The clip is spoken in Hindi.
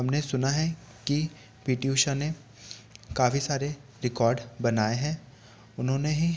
हमने सुना है कि पी टी ऊषा ने काफ़ी सारे रिकॉर्ड बनाए हैं उन्होने ही